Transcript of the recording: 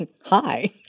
hi